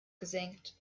gesenkt